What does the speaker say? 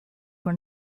were